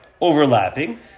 overlapping